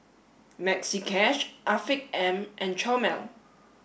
Maxi Cash Afiq M and Chomel